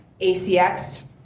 ACX